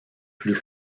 plus